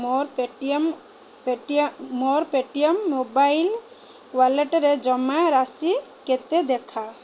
ମୋର ପେଟିଏମ୍ ପେଟିଏ ମୋର ପେଟିଏମ୍ ମୋବାଇଲ୍ ୱାଲେଟରେ ଜମା ରାଶି କେତେ ଦେଖ